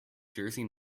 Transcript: jersey